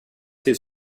his